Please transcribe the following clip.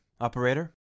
Operator